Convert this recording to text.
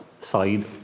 side